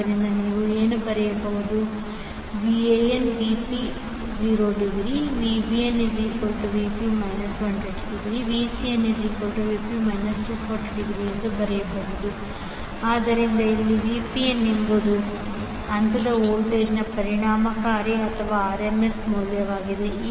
ಆದ್ದರಿಂದ ನೀವು ಏನು ಬರೆಯಬಹುದು VanVp∠0° VbnVp∠ 120° VcnVp∠ 240°Vp∠120° ಆದ್ದರಿಂದ ಇಲ್ಲಿ Vp ಎಂಬುದು ಹಂತದ ವೋಲ್ಟೇಜ್ನ ಪರಿಣಾಮಕಾರಿ ಅಥವಾ RMS ಮೌಲ್ಯವಾಗಿದೆ